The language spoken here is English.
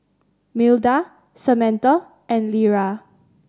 Milda Samatha and Lera